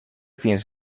fins